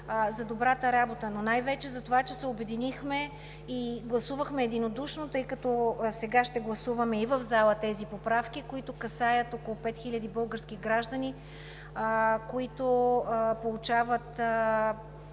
за добрата работа, но най-вече за това, че се обединихме и гласувахме единодушно, тъй като сега ще гласуваме и в залата тези поправки, които касаят около пет хиляди български граждани, които получават